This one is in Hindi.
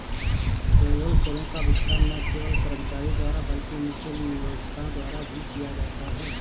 पेरोल करों का भुगतान न केवल कर्मचारी द्वारा बल्कि उनके नियोक्ता द्वारा भी किया जाता है